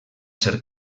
ser